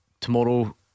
tomorrow